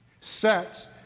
Sets